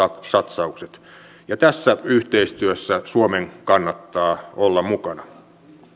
satsaukset tässä yhteistyössä suomen kannattaa olla mukana